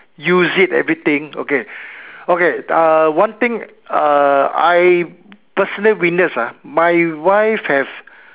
use it everything okay okay uh one thing uh I personally witness ah my wife have